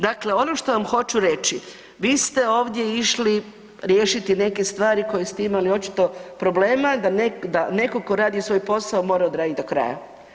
Dakle, ono što vam hoću reći, vi ste ovdje išli riješiti neke stvari koje ste imali očito problema, da netko tko radi svoj posao mora odraditi do kraja.